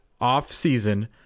off-season